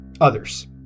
others